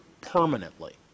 permanently